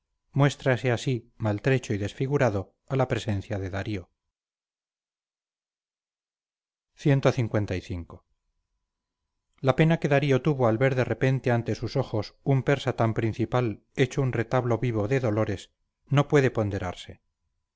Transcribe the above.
espaldas muéstrase así maltrecho y desfigurado a la presencia de darío clv la pena que darío tuvo al ver de repente ante sus ojos un persa tan principal hecho un retablo vivo de dolores no puede ponderarse